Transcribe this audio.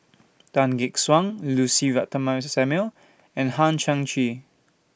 Tan Gek Suan Lucy Ratnammah Samuel and Hang Chang Chieh